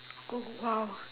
Ku~ !wow!